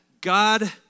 God